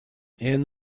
and